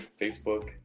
Facebook